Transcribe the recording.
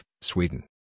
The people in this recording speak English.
Sweden